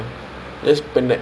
yes